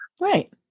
Right